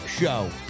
Show